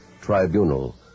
tribunal